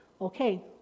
Okay